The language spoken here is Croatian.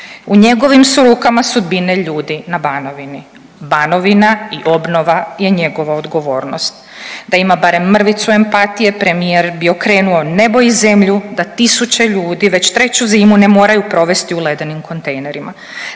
U njegovim su rukama sudbine ljudi na Banovini. Banovina i obnova je njegova odgovornost. Da ima barem mrvicu empatije premijer bi okrenuo nebo i zemlju da tisuće ljudi već treću zimu ne moraju provesti u ledenim kontejnerima.